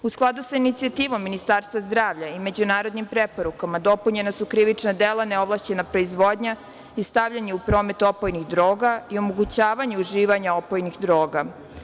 U skladu sa inicijativom Ministarstva zdravlja i međunarodnim preporukama dopunjena su krivična dela neovlašćena proizvodnja i stavljanje u promet opojnih droga i omogućavanje uživanja opojnih droga.